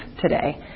today